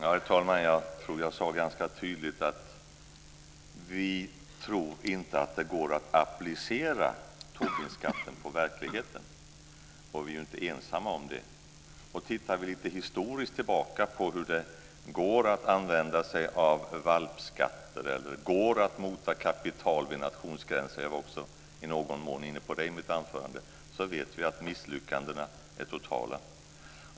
Herr talman! Jag tror att jag sade ganska tydligt att vi inte tror att det går att applicera Tobinskatten på verkligheten. Och det är vi inte ensamma om. Tittar vi historiskt tillbaka på hur det går att använda sig av valpskatter eller att mota kapital vid nationsgränser - jag var i någon mån inne på det i mitt anförande också - ser vi att misslyckandena är totala.